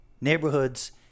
neighborhoods